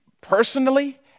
Personally